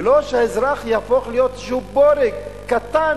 ולא שהאזרח יהפוך להיות איזה בורג קטן